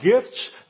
gifts